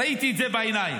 ראיתי את זה בעיניים.